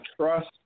trust